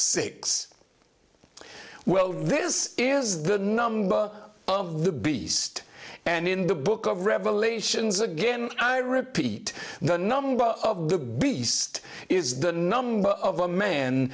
six well this is the number of the beast and in the book of revelations again i repeat the number of the beast is the number of a man